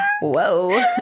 whoa